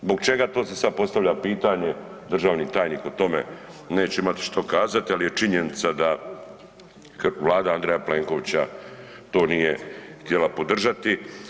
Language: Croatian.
Zbog čega, to se sada postavlja pitanje, državni tajnik o tome neće imati što kazati ali je činjenica da Vlada Andreja Plenkovića to nije htjela podržati.